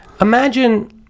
Imagine